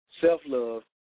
self-love